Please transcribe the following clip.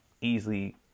easily